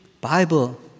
Bible